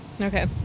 Okay